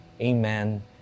amen